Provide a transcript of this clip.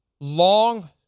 Long